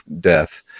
death